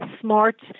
smart